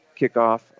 kickoff